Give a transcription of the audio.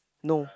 no